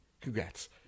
Congrats